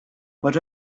but